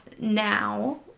now